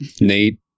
Nate